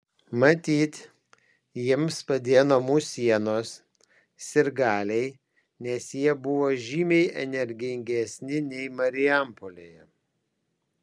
matyt jiems padėjo namų sienos sirgaliai nes jie buvo žymiai energingesni nei marijampolėje